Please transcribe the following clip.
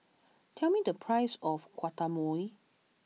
tell me the price of Guacamole